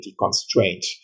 constraint